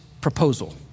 proposal